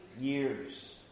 years